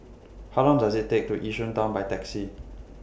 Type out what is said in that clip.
How Long Does IT Take to Yishun Town By Taxi